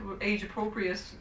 age-appropriate